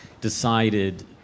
decided